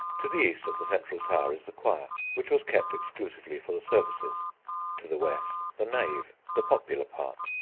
to the east of the central tower is the choir, which was kept exclusively for the services to the west, the nave, the popular part.